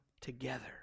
Together